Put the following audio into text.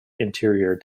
interior